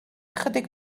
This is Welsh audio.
ychydig